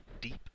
deep